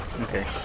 Okay